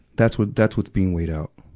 that's what, that's what's being weighed out.